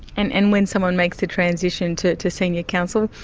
and and when someone makes the transition to to senior counsel,